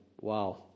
wow